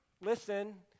listen